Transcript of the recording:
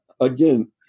again